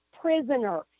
prisoner